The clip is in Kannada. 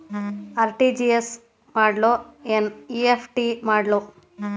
ಆರ್.ಟಿ.ಜಿ.ಎಸ್ ಮಾಡ್ಲೊ ಎನ್.ಇ.ಎಫ್.ಟಿ ಮಾಡ್ಲೊ?